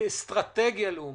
כאסטרטגיה לאומית,